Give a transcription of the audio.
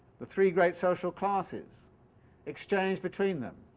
the three great social classes exchange between them.